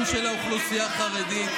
כשאתה מונע מילדים לימודי ליבה,